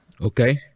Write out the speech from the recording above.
okay